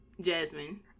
Jasmine